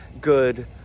good